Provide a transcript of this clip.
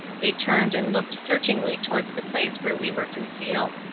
they turned and looked searchingly towards the place where we were concealed.